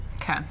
Okay